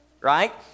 right